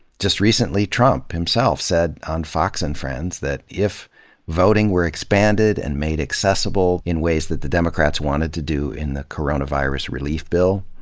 just recently trump himself said on fox and friends that if voting were expanded and made accessible in ways that the democrats wanted to do in the coronavirus relief bill,